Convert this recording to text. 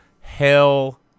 Hell